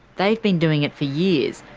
they've been doing it for years,